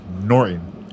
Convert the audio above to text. Norton